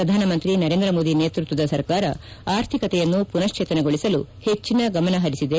ಪ್ರಧಾನಮಂತ್ರಿ ನರೇಂದ್ರ ಮೋದಿ ನೇತೃತ್ವದ ಸರ್ಕಾರ ಆರ್ಥಿಕತೆಯನ್ನು ಮನ್ನೇತನಗೊಳಿಸಲು ಹೆಚ್ಚಿನ ಗಮನ ಪರಿಸಿದೆ